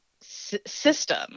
system